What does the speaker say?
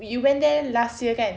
you went there last year kan